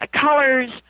colors